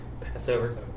Passover